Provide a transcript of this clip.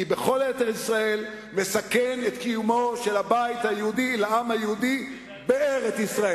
כי בכל ארץ-ישראל מסכן את קיומו של הבית היהודי לעם היהודי בארץ-ישראל.